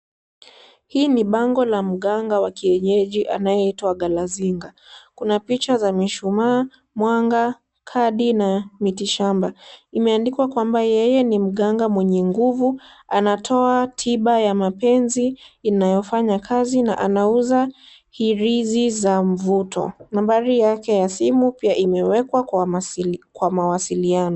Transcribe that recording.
Hii ni bango la mganga wa kienyeji anayeitwa Galazinga, kuna picha za mishumaa, mwanga, kadi na mitishamba imeandikwa kwamba yeye ni mganga mwenye nguvu, anatoa tiba ya mapenzi inayofanya kazi na anauza hirizi za mvuto, nambari yake ya simu pia imewekwa kwa mawasiliano.